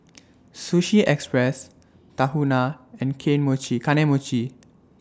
Sushi Express Tahuna and K Mochi Kane Mochi